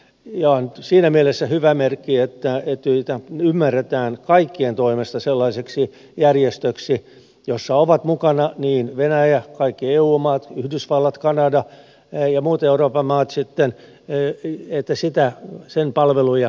ja on siinä mielessä hyvä merkki että etyj ymmärretään kaikkien toimesta sellaiseksi järjestöksi jossa ovat mukana niin venäjä kaikki eu maat yhdysvallat kanada kuin sitten muut euroopan maat että sen palveluja kannattaa käyttää